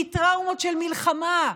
מטראומות של מלחמה.